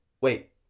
wait